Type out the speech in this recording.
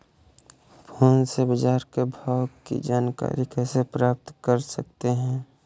Phone से बाजार के भाव की जानकारी कैसे प्राप्त कर सकते हैं?